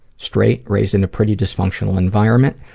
straight, raised in a pretty dysfunctional environment,